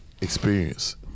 experience